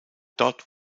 dort